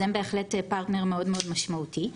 אז הם בהחלט פרטנר מאוד-מאוד משמעותי.